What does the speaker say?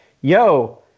yo